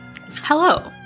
Hello